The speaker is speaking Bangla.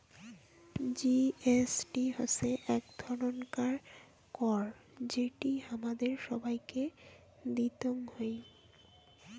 জি.এস.টি হসে এক ধরণকার কর যেটি হামাদের সবাইকে দিতং হই